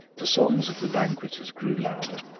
the songs of the banqueters grew louder.